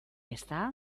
ezta